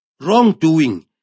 Wrongdoing